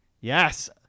Yes